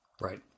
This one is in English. Right